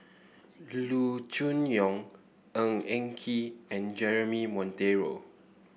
Loo Choon Yong Ng Eng Kee and Jeremy Monteiro